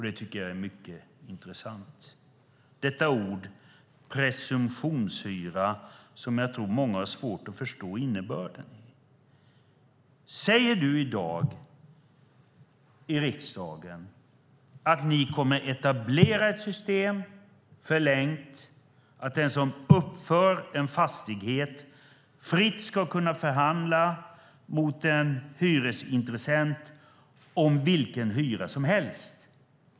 Det tycker jag är mycket intressant. Detta ord, "presumtionshyra", tror jag att många har svårt att förstå innebörden av. Säger du i dag här i riksdagen att ni kommer att etablera ett system, förlängt, så att den som uppför en fastighet fritt ska kunna förhandla mot en hyresintressent om vilken hyra som helst?